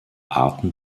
arten